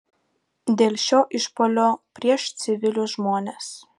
dėl šio išpuolio prieš civilius žmones